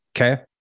okay